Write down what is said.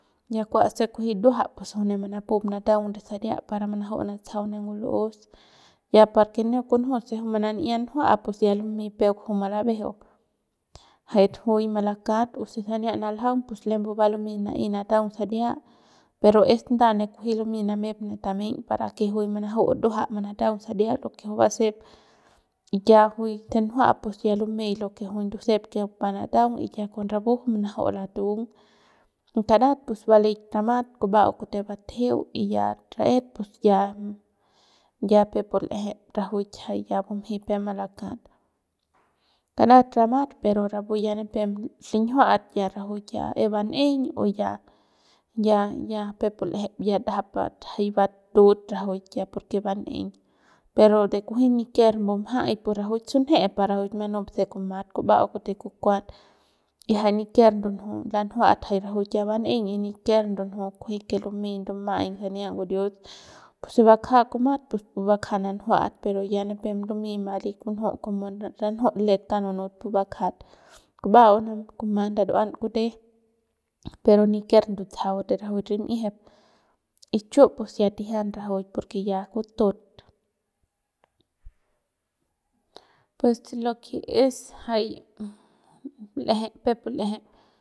Ya kua se kunji ndua pues juy ne manapup manataun re saria para manaju'u manatsajau ne ngul'us ya parque neuk kunju se juy manan'ia njua pus ya lumey peuk juy malabejeu jay juy malakat y se sana naljaung lembe va lumey manaey manataung saria pero es nda ne kunji lumey manamep re tameiñ para que juy manaju nduaja manataung saria lo que juy basep ya con rapu juy manaju latung y karat pus balik ramat y kuba'au kute batjeu y ya ra'et pus ya ya peuk pu l'eje rajuik ya bumjey peuk malakat karat ramat pero rapu ya nipem linjiuat rajuik ya es ban'eiñ o ya ya peuk pu l'eje ya ndajap jay batut porque ban'eiñ se kumat kuba'au kute kukuat y jay ni ker mbumjay por rajuik sunje pa rajuik manup se kumat kuba'au kute kukuat y jay niker ndunju lanjuat rajuik ya ban'eiñ y niker ndunju kunji que lumey ndumjay sania ngurius puse bakja kumat pus pu bakja nanjuat pero ya nipem lumey bali kunju como ranju let kauk nunut pu bakjat kuba'au kumat ndaruan kute pero niker ndutsajau de rajuik rim'iejep y chiu pus ya tijian rajuik pus ya kutut pues lo que es jay l'eje peuk pu l'eje.